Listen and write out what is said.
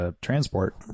Transport